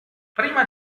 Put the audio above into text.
prima